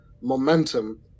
momentum